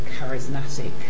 charismatic